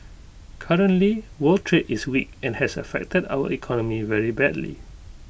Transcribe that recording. currently world trade is weak and has affected our economy very badly